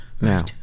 now